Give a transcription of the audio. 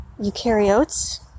eukaryotes